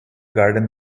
garden